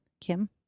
Kim